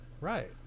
right